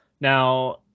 Now